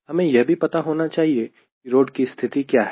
हमें यह भी पता होना चाहिए कि रोड की स्थिति क्या है